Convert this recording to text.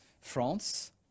France